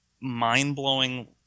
mind-blowing